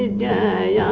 ah da yeah